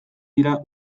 dira